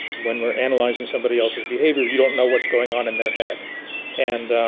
when we're analyzing somebody else's behavior. you don't know what's going on in their head and